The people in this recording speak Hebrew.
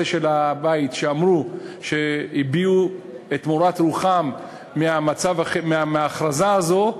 של הבית שהביעו את מורת רוחם מההכרזה הזאת: